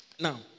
Now